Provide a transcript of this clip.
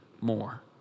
more